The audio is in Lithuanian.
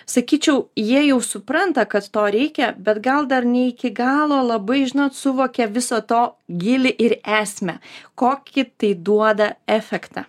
sakyčiau jie jau supranta kad to reikia bet gal dar ne iki galo labai žinot suvokia viso to gylį ir esmę kokį tai duoda efektą